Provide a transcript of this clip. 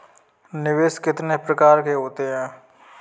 निवेश के कितने प्रकार होते हैं?